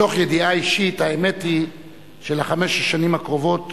מתוך ידיעה אישית, האמת היא שלחמש השנים הקרובות